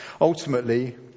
Ultimately